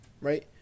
right